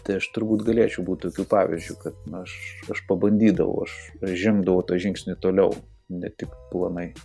tai aš turbūt galėčiau būt tokiu pavyzdžiu kad aš aš pabandydavau aš aš žengdavau žingsnį toliau ne tik planai